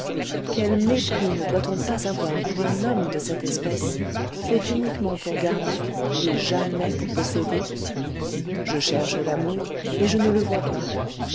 quel mépris ne doit-on pas avoir pour un homme de cette espèce fait uniquement pour garder et jamais pour posséder je cherche l'amour et je ne le vois pas